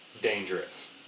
dangerous